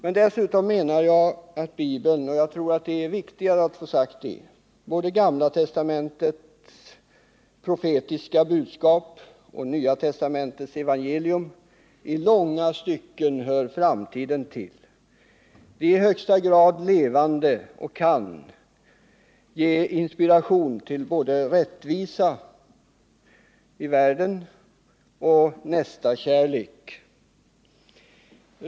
Men dessutom menar jag att Bibeln — och jag tror att det är viktigare att få det sagt — när det gäller både gamla testamentets profetiska budskap och nya testamentets evangelium, i långa stycken hör framtiden till. De är i högsta grad levande och kan ge inspiration till både rättvisa i världen och nästakärlek.